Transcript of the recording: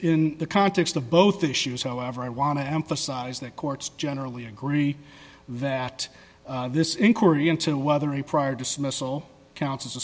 in the context of both issues however i want to emphasize that courts generally agree that this inquiry into whether a prior dismissal counts as a